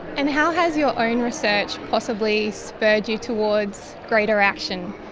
and how has your own research possibly spurred you towards greater action?